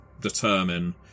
determine